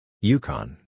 Yukon